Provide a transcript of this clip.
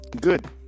good